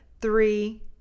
three